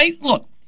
Look